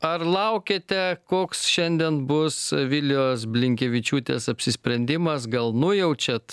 ar laukiate koks šiandien bus vilijos blinkevičiūtės apsisprendimas gal nujaučiate